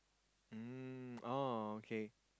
mm oh okay